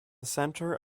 centre